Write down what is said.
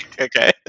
okay